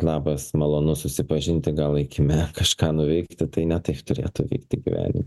labas malonu susipažinti gal eikime kažką nuveikti tai ne taip turėtų veikti gyvenime